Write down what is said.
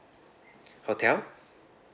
hotel